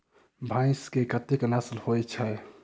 भैंस केँ कतेक नस्ल होइ छै?